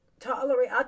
tolerate